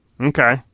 Okay